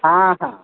हा हा